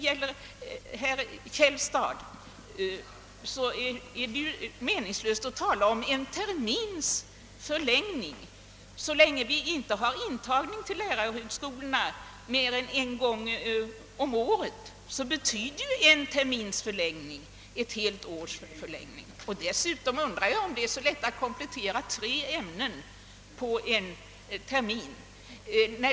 Till herr Källstad vill jag säga, att det är meningslöst att tala om bara en termins förlängning av utbildningen. När vi inte har intagning till lärarhögskolorna mer än en gång om året, så betyder en termins ytterligare studier ett helt års förlängning. Dessutom undrar jag, om det är så lätt att komplettera tre ämnen på en termin.